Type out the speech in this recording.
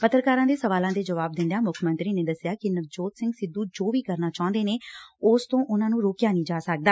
ਪੱਤਰਕਾਰਾਂ ਦੇ ਸਵਾਲਾਂ ਦੇ ਜਵਾਬ ਦਿੰਦਿਆਂ ਮੁੱਖ ਮੰਤਰੀ ਨੇ ਦਸਿਆ ਕਿ ਨਵਜੋਤ ਸਿੰਘ ਸਿੱਧੂ ਜੋ ਵੀ ਕਰਨਾ ਚਾਹੁੰਦੇ ਨੇ ਉਸ ਤੋਂ ਉਨੂਾਂ ਨੂੰ ਰੋਕਿਆ ਨਹੀਂ ਜਾ ਸਕਦਾ